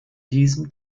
diesem